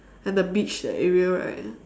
and the beach that area right